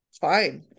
fine